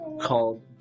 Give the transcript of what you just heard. called